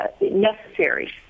necessary